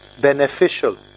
beneficial